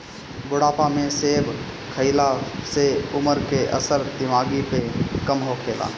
बुढ़ापा में सेब खइला से उमर के असर दिमागी पे कम होखेला